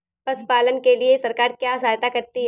पशु पालन के लिए सरकार क्या सहायता करती है?